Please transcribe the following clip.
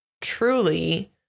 truly